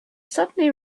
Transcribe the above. suddenly